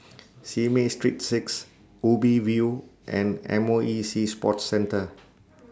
Simei Street six Ubi View and M O E Sea Sports Centre